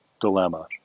dilemma